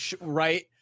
right